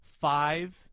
five